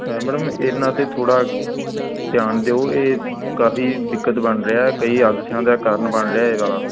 madam ਇਹਨਾਂ 'ਤੇ ਥੋੜ੍ਹਾ ਧਿਆਨ ਦਿਓ ਇਹ ਕਾਫ਼ੀ ਦਿੱਕਤ ਬਣ ਰਿਹਾ ਕਈ ਹਾਦਸਿਆਂ ਦਾ ਕਾਰਨ ਬਣ ਰਿਹਾ ਇਹ ਵਾਲਾ